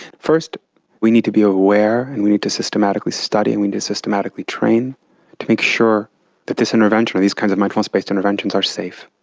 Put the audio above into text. first we need to be aware, and we need to systematically study and we need to systematically train to make sure that this intervention or these kind of mindfulness based interventions are safe.